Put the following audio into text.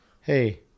hey